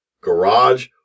garage